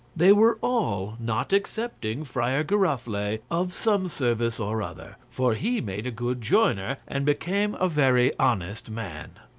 they were all, not excepting friar giroflee, of some service or other for he made a good joiner, and became a very honest man.